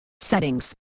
settings